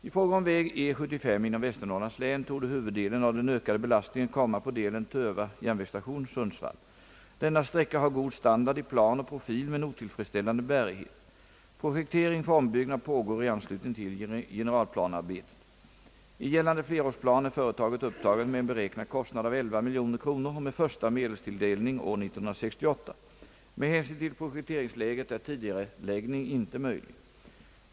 I fråga om väg E 75 inom Västernorrlands län torde huvuddelen av den ökade belastningen komma på delen Töva järnvägsstation—Sundsvall. Denna sträcka har god standard i plan och profil men otillfredsställande bärighet. Projektering för ombyggnad pågår i anslutning till generalplanearbete. I gällande flerårsplan är företaget upptaget med en beräknad kostnad av 11 miljoner kronor och med första medelstilldelning år 1968. Med hänsyn till projekteringsläget är tidigareläggning inte möjlig.